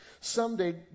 Someday